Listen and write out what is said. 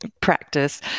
practice